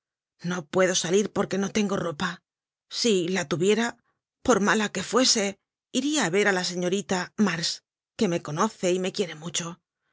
no puedo salir porque no tengo ropa si la tuviera por mala que fuese iria á ver á la señorita mars que me conoce y me quiere mucho